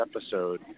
episode